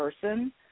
person